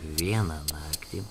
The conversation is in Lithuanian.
vieną naktį